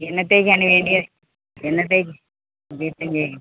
എന്നത്തേക്കാണ് വേണ്ടിയത് എന്നത്തേക്ക് വീട്ടിൽ